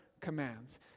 commands